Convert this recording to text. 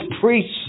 priests